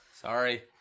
sorry